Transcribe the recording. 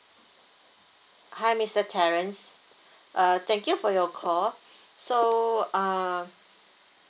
hi mister terence uh thank you for your call so uh